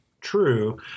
true